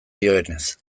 dioenez